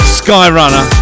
skyrunner